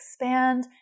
expand